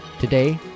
Today